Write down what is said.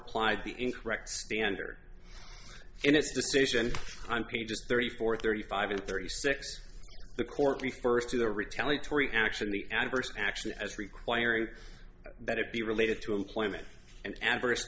applied the incorrect standard and it's the station i'm paid just thirty four thirty five and thirty six the court refers to the retaliatory action the adverse action as requiring that it be related to employment and adverse